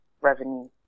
revenue